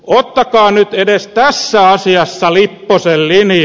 ottakaa nyt edes tässä asiassa lipposen linja